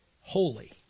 Holy